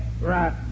right